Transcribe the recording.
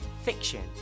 fiction